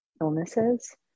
illnesses